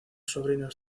sobrinos